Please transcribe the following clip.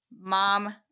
mom